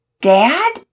Dad